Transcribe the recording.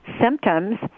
symptoms